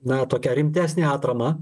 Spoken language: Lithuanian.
na tokią rimtesnę atramą